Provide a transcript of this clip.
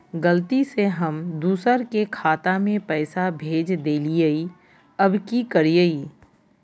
गलती से हम दुसर के खाता में पैसा भेज देलियेई, अब की करियई?